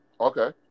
Okay